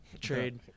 trade